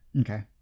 okay